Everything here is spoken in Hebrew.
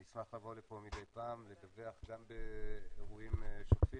אני אשמח לבוא לפה מדי פעם לדווח גם באירועים שוטפים